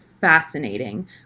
fascinating